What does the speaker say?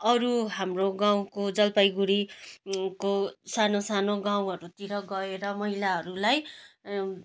अरू हाम्रो गाउँको जलपाइगुडी को सानो सानो गाउँहरूतिर गएर महिलाहरूलाई उत्